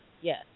Yes